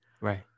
right